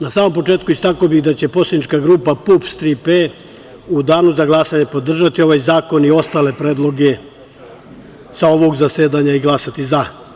Na samom početku istakao bih da će Poslanička grupa PUPS „Tri P“ u danu za glasanje podržati ovaj zakon i ostale predloge sa ovog zasedanja i glasati – za.